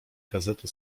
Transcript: gazety